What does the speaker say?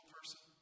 person